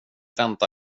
vänta